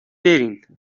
برین